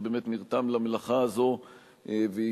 שבאמת נרתם למלאכה הזאת ואפשר